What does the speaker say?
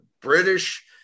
British